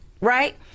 Right